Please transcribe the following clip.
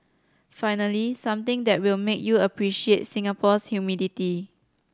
finally something that will make you appreciate Singapore's humidity